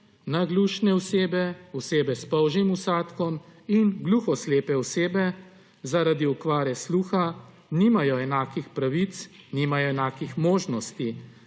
naglušne osebe, osebe s polžjim vsadkom in gluhoslepe osebe zaradi okvare sluha nimajo enakih pravic, nimajo enakih možnosti